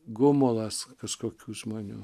gumulas kažkokių žmonių